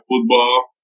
football